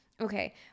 Okay